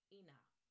enough